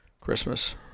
Christmas